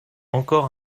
encore